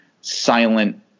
silent